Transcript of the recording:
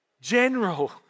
general